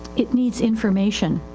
it needs information.